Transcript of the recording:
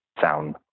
sound